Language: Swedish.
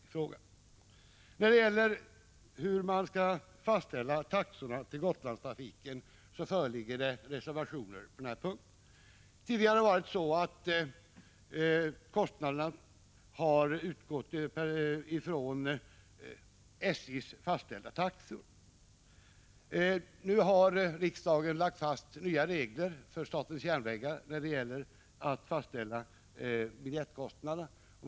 Beträffande fastställande av taxorna för Gotlandstrafiken föreligger det reservationer. Tidigare har kostnaderna baserats på de av SJ fastställda taxorna. Nu har riksdagen lagt fast nya regler för statens järnvägar när det gäller biljettkostnader.